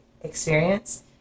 experience